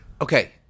Okay